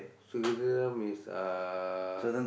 is uh